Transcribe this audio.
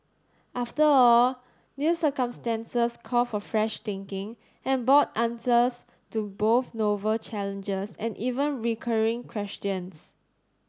after all new circumstances call for fresh thinking and bought answers to both novel challenges and even recurring questions